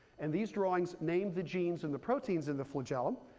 and these drawings name the genes in the proteins in the flagellum.